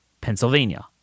Pennsylvania